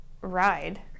ride